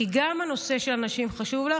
כי גם הנושא של הנשים חשוב לך,